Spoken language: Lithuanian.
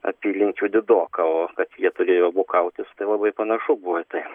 apylinkių didokao kad jie turėjo abu kautis tai labai panašu buvo